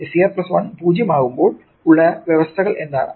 SCR10 ആകുമ്പോൾ ഉള്ള വ്യവസ്ഥകൾ എന്താണ്